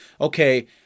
okay